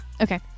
Okay